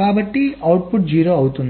కాబట్టి అవుట్పుట్ 0 అవుతుంది